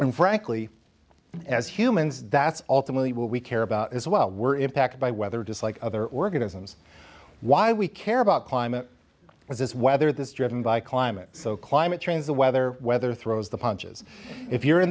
and frankly as humans that's ultimately what we care about is well we're impacted by weather just like other organisms why we care about climate as this weather this driven by climate so climate change the weather weather throws the punches if you're